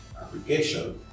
application